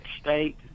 state